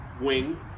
wing